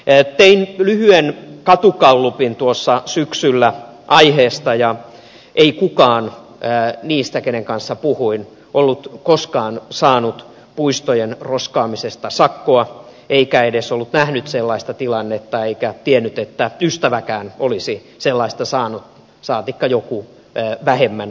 tein lyhyen katugallupin tuossa syksyllä aiheesta ja ei kukaan niistä kenen kanssa puhuin ollut koskaan saanut puistojen roskaamisesta sakkoa eikä edes ollut nähnyt sellaista tilannetta eikä tiennyt että ystäväkään olisi sellaista saanut saatikka joku vähemmän tuttu